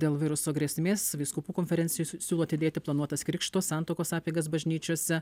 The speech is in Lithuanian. dėl viruso grėsmės vyskupų konferencijos siūlo atidėti planuotas krikšto santuokos apeigas bažnyčiose